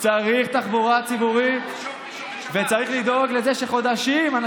צריך תחבורה ציבורית בשבת, צריך תחבורה ציבורית.